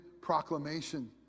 proclamation